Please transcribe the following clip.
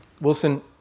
Wilson